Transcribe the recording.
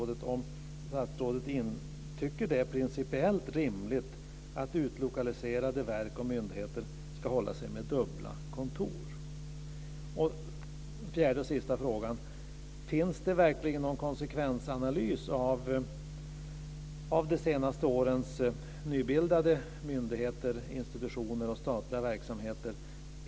Den fjärde och sista frågan är: Finns det verkligen någon konsekvensanalys av de senaste årens nybildade myndigheter, institutioner och statliga verksamheter?